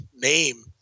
name